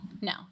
no